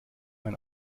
mein